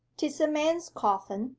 tis a man's coffin,